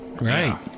Right